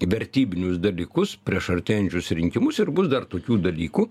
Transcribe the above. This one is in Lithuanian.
vertybinius dalykus prieš artėjančius rinkimus ir bus dar tokių dalykų